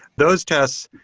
those tests,